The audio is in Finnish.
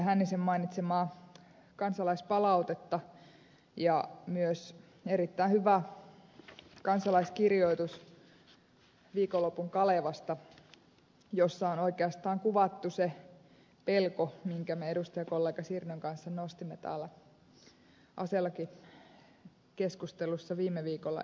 hännisen mainitsemaa kansalaispalautetta ja myös erittäin hyvä kansalaiskirjoitus viikonlopun kalevaan jossa on oikeastaan kuvattu se pelko jonka me edustajakollega sirnön kanssa nostimme täällä aselakikeskustelussa viime viikolla esille